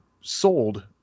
sold